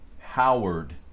Howard